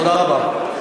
תודה רבה.